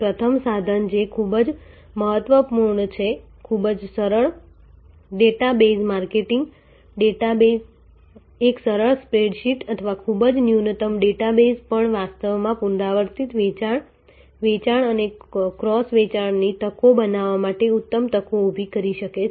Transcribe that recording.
પ્રથમ સાધન જે ખૂબ જ મહત્વપૂર્ણ છે ખૂબ જ સરળ ડેટા બેઝ માર્કેટિંગ એક સરળ સ્પ્રેડ શીટ અથવા ખૂબ જ ન્યૂનતમ ડેટાબેઝ પણ વાસ્તવમાં પુનરાવર્તિત વેચાણ વેચાણ અને ક્રોસ વેચાણની તકો બનાવવા માટે ઉત્તમ તકો ઊભી કરી શકે છે